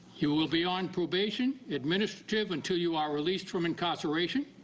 you will be on probation, administrative until you are released from incarceration,